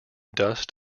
dust